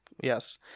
Yes